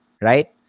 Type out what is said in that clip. Right